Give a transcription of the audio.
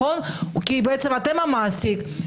כי בעצם אתם המעסיק.